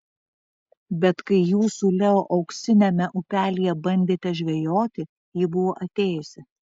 bet kai jūs su leo auksiniame upelyje bandėte žvejoti ji buvo atėjusi